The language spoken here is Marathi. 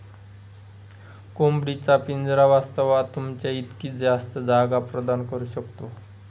कोंबडी चा पिंजरा वास्तवात, तुमच्या इतकी जास्त जागा प्रदान करू शकतो